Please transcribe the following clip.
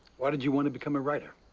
why did you want to become a writer?